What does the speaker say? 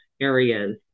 areas